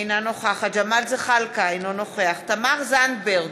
אינה נוכחת ג'מאל זחאלקה, אינו נוכח תמר זנדברג,